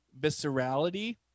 viscerality